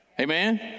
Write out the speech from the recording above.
Amen